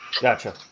Gotcha